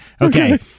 Okay